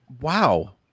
Wow